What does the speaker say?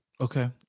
Okay